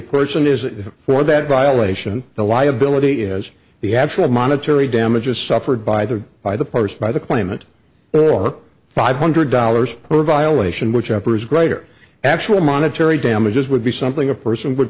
person is for that violation the liability is the actual monetary damages suffered by the by the post by the claimant there are five hundred dollars per violation which offers greater actual monetary damages would be something a person would